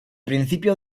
principio